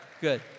good